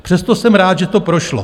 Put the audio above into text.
Přesto jsem rád, že to prošlo.